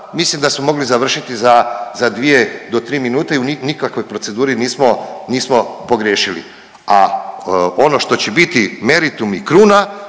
mislim da smo mogli završiti za, za 2 do 3 minute i u nikakvoj proceduri nismo, nismo pogriješili, a ono što će biti meritum i kruna